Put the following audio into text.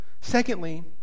Secondly